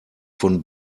von